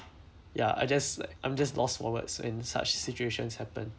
ya I just like I'm just lost for words and such situations happen